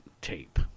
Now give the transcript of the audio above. tape